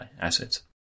assets